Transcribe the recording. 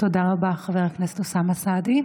תודה רבה, חבר הכנסת אוסאמה סעדי.